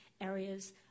areas